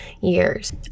years